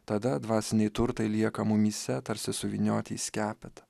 tada dvasiniai turtai lieka mumyse tarsi suvynioti į skepetą